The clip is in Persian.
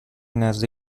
نزد